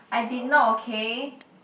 I did not okay